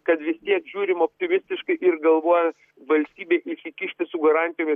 kad vis tiek žiūrim optimistiškai ir galvojam valstybei įsikišti su garantijomis